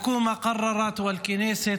(אומר דברים בערבית,